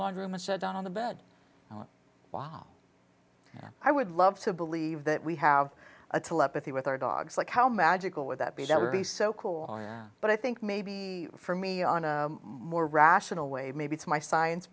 locker room and sat down on the bed oh wow i would love to believe that we have a telepathy with our dogs like how magical would that be that would be so cool but i think maybe for me on a more rational way maybe to my science